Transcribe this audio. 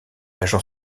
agent